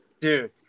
Dude